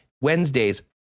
wednesdays